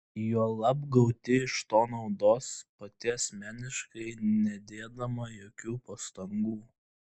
juolab gauti iš to naudos pati asmeniškai nedėdama jokių pastangų